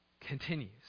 continues